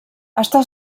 està